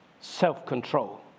self-control